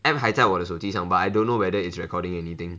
app 还在我的手机上 but I don't know whether it's recording anything